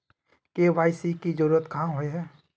KYC की जरूरत क्याँ होय है?